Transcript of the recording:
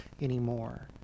anymore